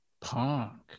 punk